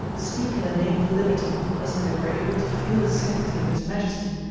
speak in the name of liberty, as if they were able to feel its sanctity and its majesty,